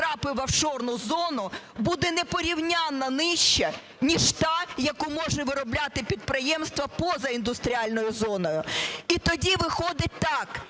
І тоді виходить так,